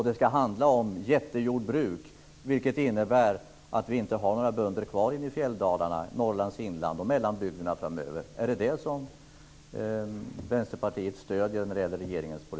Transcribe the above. Det ska handla om jättejordbruk, vilket innebär att vi inte har några bönder kvar i fjälldalarna, Norrlands inland och mellanbygderna framöver. Är det det som